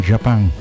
Japan